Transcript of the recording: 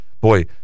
boy